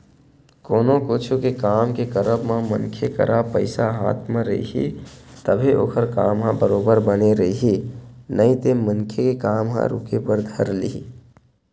कोनो कुछु के काम के करब म मनखे करा पइसा हाथ म रइही तभे ओखर काम ह बरोबर बने रइही नइते मनखे के काम ह रुके बर धर लिही